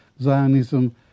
Zionism